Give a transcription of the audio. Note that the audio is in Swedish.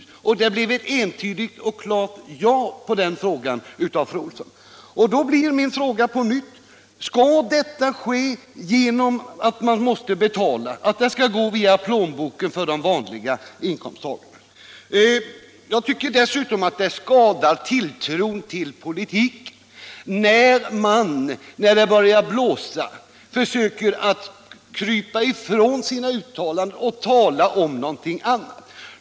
Svaret på den frågan blev ett entydigt och klart ja från fru Olsson. Därför blir min fråga på nytt: Skall detta tas ur den vanlige inkomsttagarens plånbok? Det skadar tilltron till politiken att man när det börjar blåsa försöker krypa ifrån sina uttalanden och talar om någonting annat.